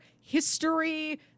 history